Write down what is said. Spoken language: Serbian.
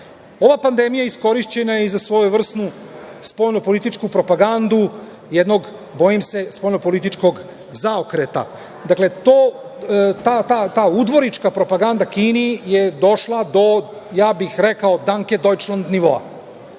pandemija iskorišćena je i za svojevrsnu spoljnopolitičku propagandu jednog, bojim se, spoljnopolitičkog zaokreta. Dakle, ta udvorička propaganda Kini je došla do, ja bih rekao - danke dojčland nivoa. Mi